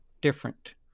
different